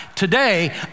Today